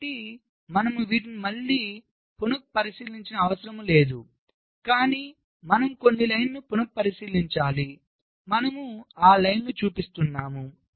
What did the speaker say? కాబట్టి మనము వీటిని మళ్ళీ పునపరిశీలించాల్సిన అవసరం లేదు కాని మనం కొన్ని పంక్తులను పున పరిశీలించాలి మనము ఆ పంక్తులను చూపిస్తున్నాము